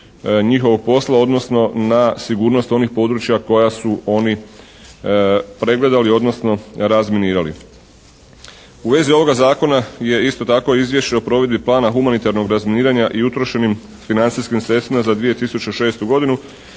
njihovog posla odnosno na sigurnost onih područja koja su oni pregledali odnosno razminirali. U vezi ovoga zakona je isto tako izvješće o provedbi Plana humanitarnog razminiranja i utrošenim financijskim sredstvima za 2006. godinu.